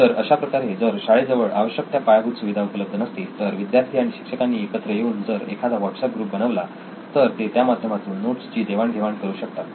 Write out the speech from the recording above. तर अशा प्रकारे जर शाळेजवळ आवश्यक त्या पायाभूत सुविधा उपलब्ध नसतील तर विद्यार्थी आणि शिक्षकांनी एकत्र येऊन जर एखादा व्हाट्सअप ग्रुप बनवला तर ते त्या माध्यमातून नोट्सची देवाण घेवाण करु शकतात